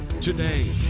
Today